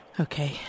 Okay